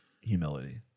humility